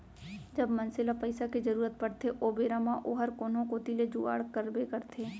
जब मनसे ल पइसा के जरूरत परथे ओ बेरा म ओहर कोनो कोती ले जुगाड़ करबे करथे